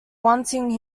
wanting